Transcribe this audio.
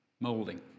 molding